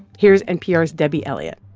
here's npr's debbie elliott